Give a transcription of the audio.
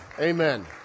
Amen